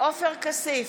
עופר כסיף,